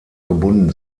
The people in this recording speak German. gebunden